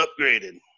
upgraded